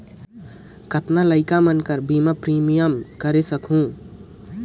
कतना लइका मन कर बीमा प्रीमियम करा सकहुं?